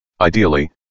Ideally